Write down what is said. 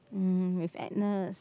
um with Agnes